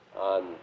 on